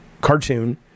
cartoon